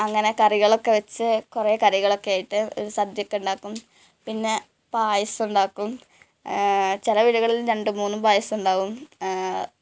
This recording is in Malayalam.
അങ്ങനെ കറികളൊക്കെ വച്ച് കുറേ കറികളൊക്കെ ആയിട്ട് ഒരു സദ്യയൊക്കെ ഉണ്ടാക്കും പിന്നെ പയസം ഉണ്ടാക്കും ചില വീടുകളിൽ രണ്ടു മൂന്നും പായസം ഉണ്ടാവും